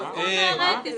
מה זאת אומרת?